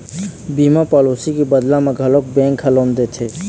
बीमा पॉलिसी के बदला म घलोक बेंक ह लोन देथे